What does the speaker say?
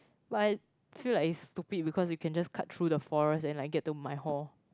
but I feel like is stupid because you can just cut through the floor and like get to my hall